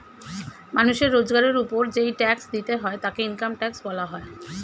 মানুষের রোজগারের উপর যেই ট্যাক্স দিতে হয় তাকে ইনকাম ট্যাক্স বলা হয়